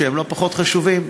שהם לא פחות חשובים.